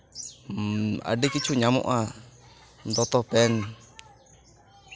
ᱟᱹᱰᱤ ᱠᱤᱪᱷᱩ ᱧᱟᱢᱚᱜᱼᱟ ᱫᱚᱛᱚ ᱯᱮᱱ